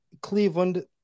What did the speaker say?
Cleveland